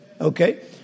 Okay